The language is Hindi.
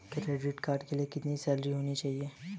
क्रेडिट कार्ड के लिए कितनी सैलरी होनी चाहिए?